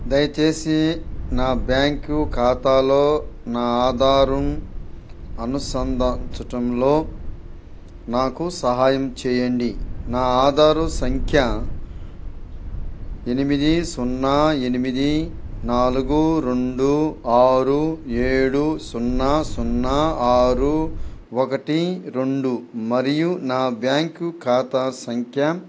దయచేసి నా బ్యాంకు ఖాతాతో నా ఆధార్ను అనుసంధానించటంలో నాకు సహాయం చేయండి నా ఆధారు సంఖ్య ఎనిమిది సున్నా ఎనిమిది నాలుగు రెండు ఆరు ఏడు సున్నా సున్నా ఆరు ఒకటి రెండు మరియు నా బ్యాంకు ఖాతా సంఖ్య